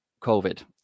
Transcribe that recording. covid